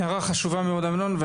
הערה חשובה מאוד, אמנון.